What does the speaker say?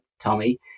Tommy